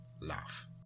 laugh